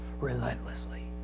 relentlessly